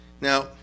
Now